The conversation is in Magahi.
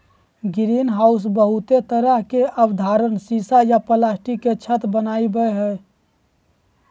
ग्रीनहाउस बहुते तरह के आवरण सीसा या प्लास्टिक के छत वनावई हई